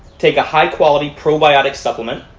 take a high quality probiotic supplement.